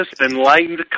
enlightened